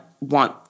want